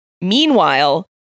Meanwhile